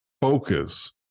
Focus